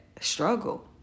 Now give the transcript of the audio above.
struggle